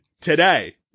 today